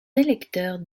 électeurs